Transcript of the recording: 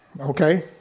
Okay